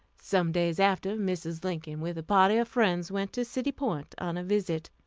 some days after, mrs. lincoln, with a party of friends, went to city point on a visit.